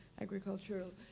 agricultural